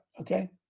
okay